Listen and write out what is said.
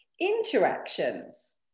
Interactions